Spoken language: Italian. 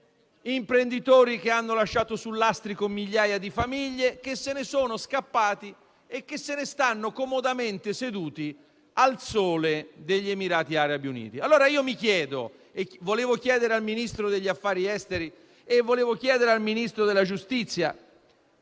imprenditori, che hanno lasciato sul lastrico migliaia di famiglie, che sono scappati e se ne stanno comodamente seduti al sole degli Emirati Arabi Uniti. Mi chiedo e vorrei chiedere ai Ministri degli affari esteri e della giustizia: